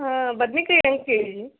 ಹಾಂ ಬದ್ನೆಕಾಯ್ ಹೆಂಗ್ ಕೆ ಜಿ